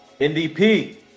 NDP